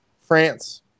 France